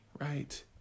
right